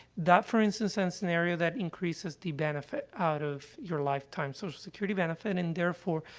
that, for instance, and scenario that increases the benefit out of your lifetime social security benefit, and therefore,